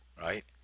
right